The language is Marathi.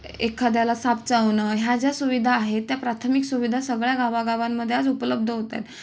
एखाद्याला साप चावणं ह्या ज्या सुविधा आहेत त्या प्राथमिक सुविधा सगळ्या गावागावांमध्ये आज उपलब्ध होत आहेत